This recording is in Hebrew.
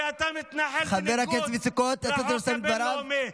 אתה wanted כי אתה מתנחל בניגוד לחוק הבין-לאומי.